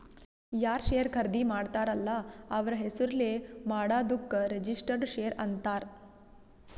ಯಾರ್ ಶೇರ್ ಖರ್ದಿ ಮಾಡ್ತಾರ ಅಲ್ಲ ಅವ್ರ ಹೆಸುರ್ಲೇ ಮಾಡಾದುಕ್ ರಿಜಿಸ್ಟರ್ಡ್ ಶೇರ್ ಅಂತಾರ್